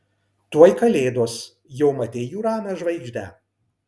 tuoj kalėdos jau matei jų ramią žvaigždę